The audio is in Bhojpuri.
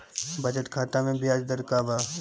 बचत खाता मे ब्याज दर का बा?